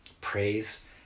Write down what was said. praise